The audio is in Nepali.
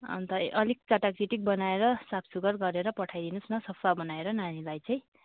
अन्त अलिक चाटाक चिटिक बनाएर साफ सुग्घर गरेर पठाइदिनुहोस् न सफा बनाएर नानीलाई चाहिँ